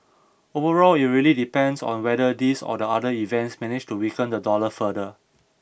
overall it really depends on whether these or other events manage to weaken the dollar further